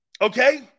Okay